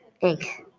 ink